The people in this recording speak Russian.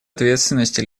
ответственности